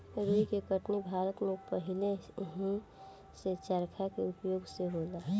रुई के कटनी भारत में पहिलेही से चरखा के उपयोग से होला